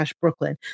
brooklyn